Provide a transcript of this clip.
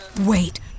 wait